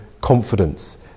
confidence